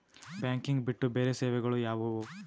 Banking ಬಿಟ್ಟು ಬೇರೆ ಸೇವೆಗಳು ಯಾವುವು?